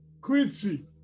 Quincy